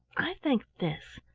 i think this.